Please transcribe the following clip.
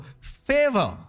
Favor